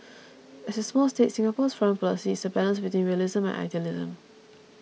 as a small state Singapore's foreign policy is a balance between realism and idealism